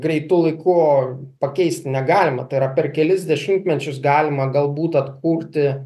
greitu laiku pakeisti negalima tai yra per kelis dešimtmečius galima galbūt atkurti